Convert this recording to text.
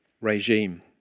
regime